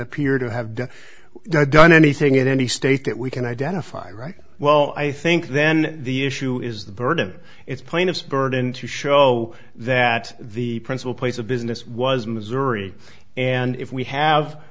appear to have done anything in any state that we can identify right well i think then the issue is the burden of it's plaintiff's burden to show that the principal place of business was missouri and if we have